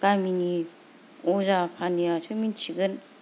गामिनि अजा फानियासो मिथिगोन